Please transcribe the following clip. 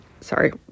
sorry